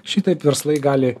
šitaip verslai gali